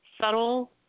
subtle